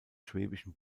schwäbischen